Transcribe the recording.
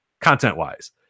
content-wise